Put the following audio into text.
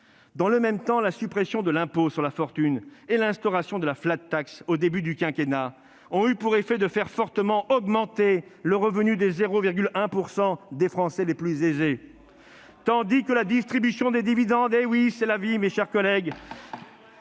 Dans le même temps, la suppression de l'impôt sur la fortune et l'instauration de la au début du quinquennat ont eu pour effet de faire fortement augmenter le revenu des 0,1 % des Français les plus aisés, tandis que la distribution des dividendes, de plus en plus concentrée,